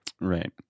Right